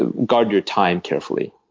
ah guard your time carefully.